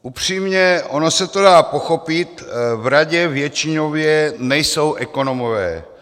Upřímně, ono se to dá pochopit, v radě většinově nejsou ekonomové.